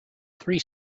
three